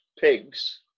Pigs